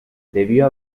debió